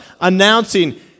announcing